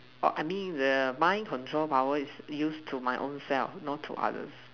orh I mean the mind control power is use to my own self not to others